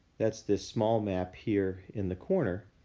that's this small map here in the corner